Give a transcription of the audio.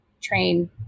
train